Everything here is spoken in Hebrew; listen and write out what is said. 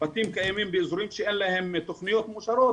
בתים קיימים באזורים שאין להם תכניות מאושרות,